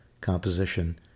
composition